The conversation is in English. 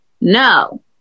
no